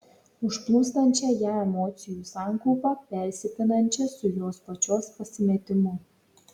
užplūstančią ją emocijų sankaupą persipinančią su jos pačios pasimetimu